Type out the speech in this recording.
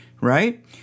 right